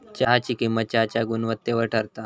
चहाची किंमत चहाच्या गुणवत्तेवर ठरता